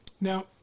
Now